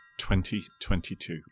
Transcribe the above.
2022